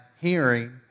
hearing